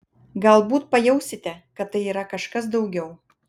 galbūt pajausite kad tai yra kažkas daugiau